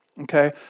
Okay